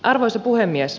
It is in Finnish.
arvoisa puhemies